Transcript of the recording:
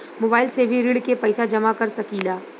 Mobile से भी ऋण के पैसा जमा कर सकी ला?